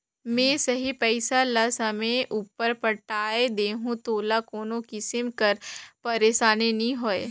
में सही पइसा ल समे उपर पटाए देहूं तोला कोनो किसिम कर पइरसानी नी होए